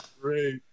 Great